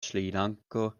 srilanko